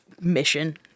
mission